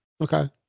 Okay